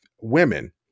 women